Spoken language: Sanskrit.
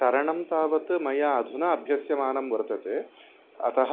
तरणं तावत् मया अधुना अभ्यस्यमानं वर्तते अतः